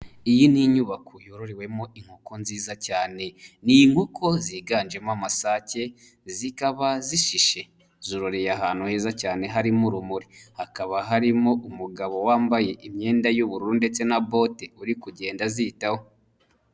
Iyi ni inyubako yororewemo inkoko nziza cyane, ni inkoko ziganjemo amasake, zikaba zishishe, zororeye ahantu heza cyane harimo urumuri, hakaba harimo umugabo wambaye imyenda y'ubururu ndetse na bote, uri kugenda azitaho.